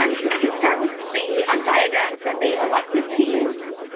um so we can start with the um diagrams that they elected to use.